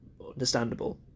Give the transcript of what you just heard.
understandable